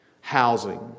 housing